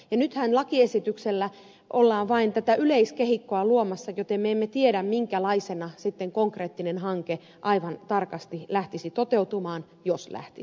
nythän lakiesityksellä ollaan vain tätä yleiskehikkoa luomassa joten me emme tiedä minkälaisena konkreettinen hanke aivan tarkasti lähtisi toteutumaan jos lähtisi